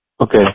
Okay